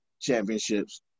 championships